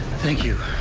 thank you.